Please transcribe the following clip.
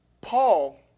Paul